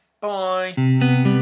Bye